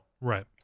Right